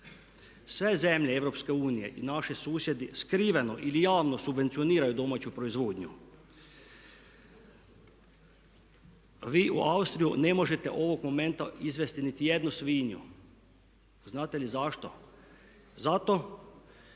Sve zemlje EU i naši susjedi skriveno ili javno subvencioniraju domaću proizvodnju. Vi u Austriju ne možete ovog momenta izvesti nitijednu svinju. Znate li zašto? Zato